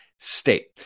state